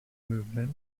movement